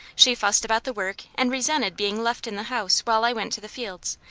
she fussed about the work, and resented being left in the house while i went to the fields,